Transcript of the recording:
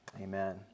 amen